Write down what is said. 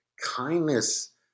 kindness